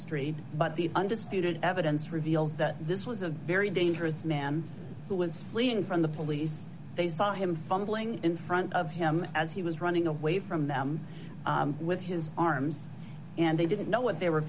street but the undisputed evidence reveals that this was a very dangerous man who was fleeing from the police they saw him fumbling in front of him as he was running away from them with his arms and they didn't know what they were